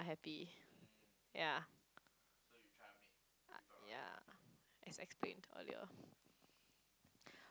happy ya ya as explained earlier